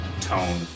tone